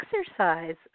exercise